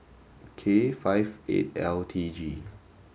K five eight L T G